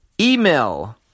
Email